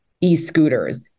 e-scooters